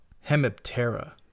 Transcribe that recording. Hemiptera